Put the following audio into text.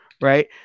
right